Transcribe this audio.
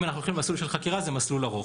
אם אנחנו הולכים למסלול של חקירה זה מסלול ארוך.